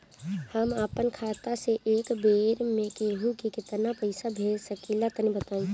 हम आपन खाता से एक बेर मे केंहू के केतना पईसा भेज सकिला तनि बताईं?